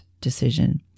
decision